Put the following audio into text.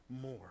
more